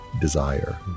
desire